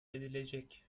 edilecek